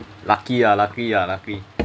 lucky ah luckily ah luckily